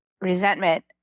resentment